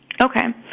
Okay